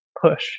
push